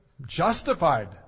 justified